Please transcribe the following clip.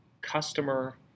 customer